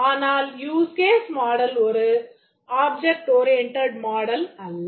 ஆனால் use case model ஒரு object oriented model அல்ல